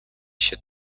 się